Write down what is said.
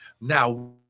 Now